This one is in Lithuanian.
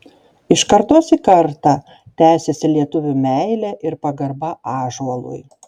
iš kartos į kartą tęsiasi lietuvių meilė ir pagarba ąžuolui